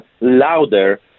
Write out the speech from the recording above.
louder